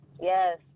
Yes